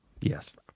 Yes